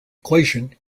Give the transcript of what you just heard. equation